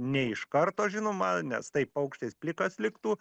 ne iš karto žinoma nes taip paukštis plikas liktų